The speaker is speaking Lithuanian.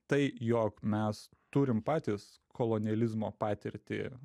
tai jog mes turim patys kolonializmo patirtį